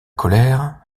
colère